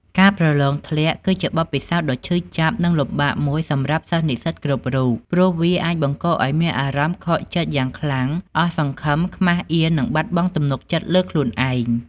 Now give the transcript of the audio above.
ការប្រឡងធ្លាក់ គឺជាបទពិសោធន៍ដ៏ឈឺចាប់ និងលំបាកមួយសម្រាប់សិស្សនិស្សិតគ្រប់រូប ព្រោះវាអាចបង្កឲ្យមានអារម្មណ៍ ខកចិត្តយ៉ាងខ្លាំង អស់សង្ឃឹម ខ្មាសអៀន និងបាត់បង់ទំនុកចិត្តលើខ្លួនឯង។